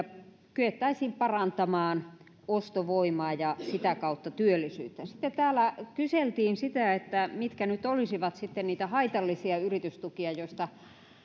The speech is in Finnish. kyettäisiin parantamaan ostovoimaa ja sitä kautta työllisyyttä sitten täällä kyseltiin mitkä nyt olisivat sitten niitä haitallisia yritystukia joista